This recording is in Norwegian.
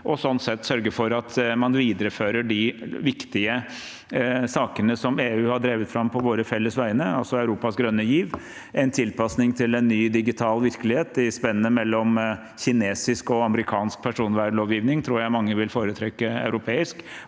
sett sørge for at man viderefører de viktige sakene som EU har drevet fram på våre felles vegne, altså Europas grønne giv, en tilpasning til en ny digital virkelighet – i spennet mellom kinesisk og amerikansk personvernlovgivning tror jeg mange vil foretrekke europeisk